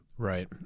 Right